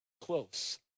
Close